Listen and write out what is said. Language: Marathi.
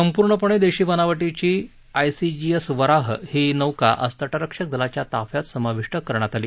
संपूर्णपणे देशी बनावटीची I C G S Varaha ही नौका आज तटरक्षक दलाच्या ताफ्यात समाविष्ट करण्यात आली